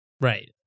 Right